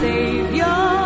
Savior